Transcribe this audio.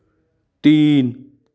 तीन